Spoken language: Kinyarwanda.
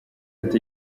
ati